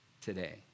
today